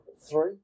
three